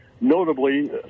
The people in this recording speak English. notably